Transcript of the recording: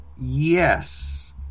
Yes